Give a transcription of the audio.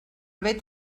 vet